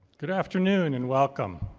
good afternoon, and welcome.